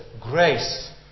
Grace